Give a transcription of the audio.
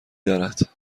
دارد